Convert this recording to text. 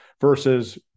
Versus